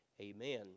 amen